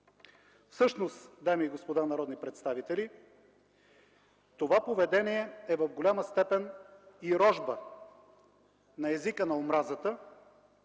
Всъщност, дами и господа народни представители, това поведение е в голяма степен и рожба на езика на омразата,